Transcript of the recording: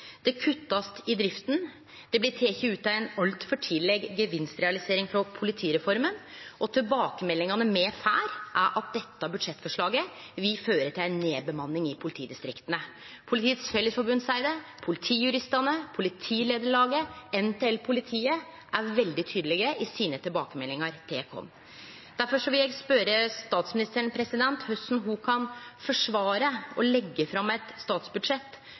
Det blir kutta i drift, det blir teke ut ei altfor tidleg gevinstrealisering av politireforma, og tilbakemeldingane me får, er at dette budsjettforslaget vil føre til ei nedbemanning i politidistrikta. Politiets Fellesforbund seier det. Politijuristene, Politilederlaget og NTL Politiet er veldig tydelege i sine tilbakemeldingar til oss. Difor vil eg spørje statsministaren korleis ho kan forsvare å leggje fram eit statsbudsjett